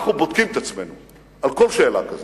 אנחנו בודקים את עצמנו על כל שאלה כזאת.